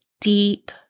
deep